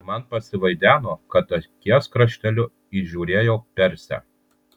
man pasivaideno kad akies krašteliu įžiūrėjau persę